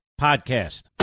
Podcast